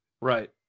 Right